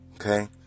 Okay